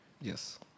Yes